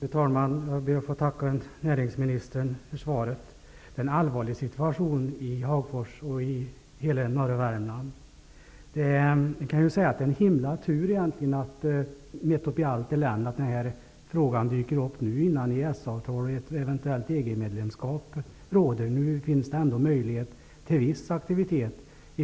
Fru talman! Jag ber att få tacka näringsministern för svaret. Det är en allvarlig situation i Hagfors och i hela norra Värmland. Egentligen är det en himla tur, mitt uppe i allt elände, att den här frågan dyker upp nu, innan EES-avtalet och ett eventuellt EG-medlemskap råder. Nu finns det ändå möjlighet till viss aktivitet